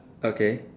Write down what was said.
okay